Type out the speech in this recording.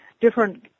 different